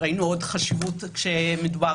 ראינו את החשיבות הזאת עוד כשהיה מדובר